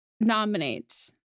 nominate